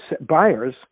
buyers